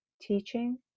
teaching